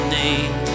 name